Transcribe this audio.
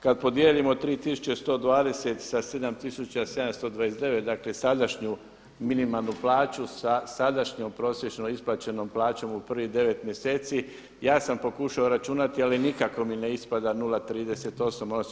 Kad podijelimo 3.120 sa 7.729 dakle sadašnju minimalnu plaću sa sadašnjom prosječnom isplaćenom plaćom u prvih devet mjeseci, ja sam pokušao računati, ali nikako mi ne ispada 0,38 posto.